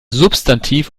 substantiv